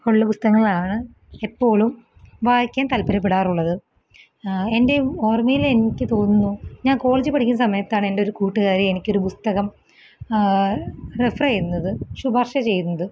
ഉള്ള പുസ്തകങ്ങളാണ് എപ്പോഴും വായിക്കാന് താല്പര്യപ്പെടാറുള്ളത് എന്റെ ഓര്മയില് എനിക്ക് തോന്നുന്നു ഞാന് കോളേജില് പഠിക്കുന്ന സമയത്താണ് എന്റെ ഒരു കൂട്ടുകാരി എനിക്കൊരു പുസ്തകം റഫർ ചെയ്യുന്നത് ശുപാര്ശ ചെയ്യുന്നത്